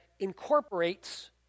incorporates